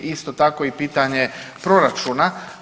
Isto tako i pitanje proračuna.